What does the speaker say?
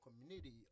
community